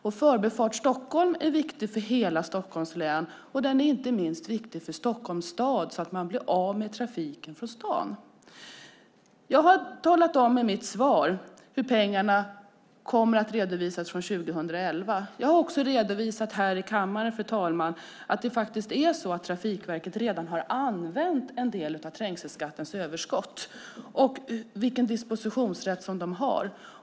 Förbifart Stockholm är viktig för hela Stockholms län, och den är inte minst viktig för Stockholms stad så att staden blir av med trafiken. Jag sade i mitt svar hur pengarna kommer att redovisas från 2011. Jag har också redovisat här i kammaren, fru talman, att Trafikverket redan har använt en del av överskottet från trängselskatten och vilken dispositionsrätt verket har.